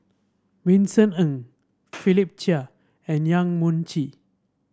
Vincent Ng Philip Chia and Yong Mun Chee